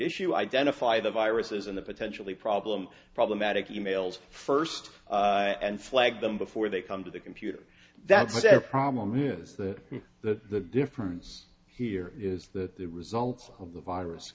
issue identify the viruses in the potentially problem problematic emails first and flag them before they come to the computer that's their problem is that the difference here is that the results of the virus